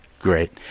Great